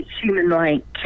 human-like